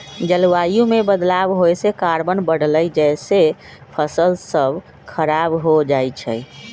जलवायु में बदलाव होए से कार्बन बढ़लई जेसे फसल स खराब हो जाई छई